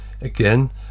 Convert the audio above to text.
again